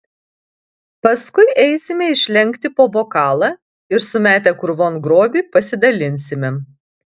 paskui eisime išlenkti po bokalą ir sumetę krūvon grobį pasidalinsime